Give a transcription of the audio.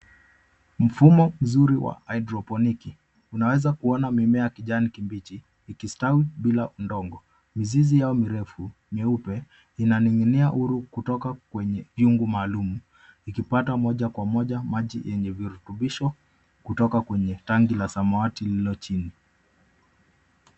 Mfumo mzuri wa haidroponiki, unaweza kuona mimea ya kijani kibichi ikistawi bila udongo. Mizizi yao mirefu, myeupe, inaning'inia huru kutoka kwenye chungu maalumu, ikipata moja kwa moja maji yenye virutubisho kutoka kwenye tangi la samawati lililo chini.